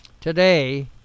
today